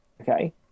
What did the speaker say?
okay